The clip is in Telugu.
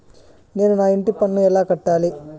నేను నా ఇంటి పన్నును ఎలా కట్టాలి?